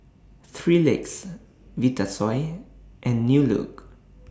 three Legs Vitasoy and New Look